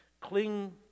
cling